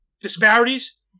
disparities